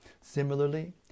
Similarly